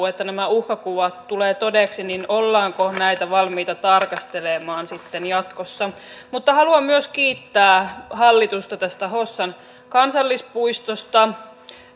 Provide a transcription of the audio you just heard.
että nämä uhkakuvat tulevat todeksi näitä valmiita tarkastelemaan sitten jatkossa mutta haluan myös kiittää hallitusta tästä hossan kansallispuistosta